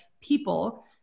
people